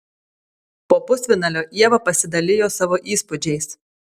po pusfinalio ieva pasidalijo savo įspūdžiais